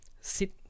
sit